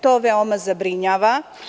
To veoma zabrinjava.